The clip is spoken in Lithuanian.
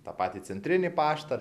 tą patį centrinį paštą